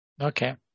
okay